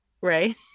Right